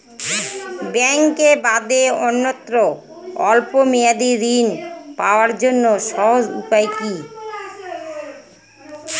ব্যাঙ্কে বাদে অন্যত্র স্বল্প মেয়াদি ঋণ পাওয়ার জন্য সহজ উপায় কি?